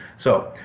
so,